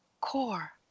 core